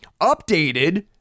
Updated